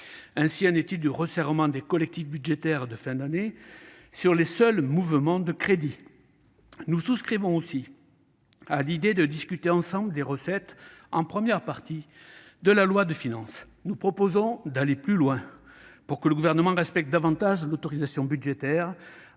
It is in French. Ainsi en est-il du resserrement des collectifs budgétaires de fin d'année sur les seuls mouvements de crédits. Nous souscrivons aussi à l'idée de discuter de l'ensemble des recettes en première partie de la loi de finances. Nous proposons d'aller plus loin : pour que le Gouvernement respecte davantage l'autorisation budgétaire,